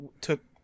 took